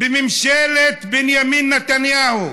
בממשלת בנימין נתניהו,